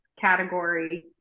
category